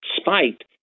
spiked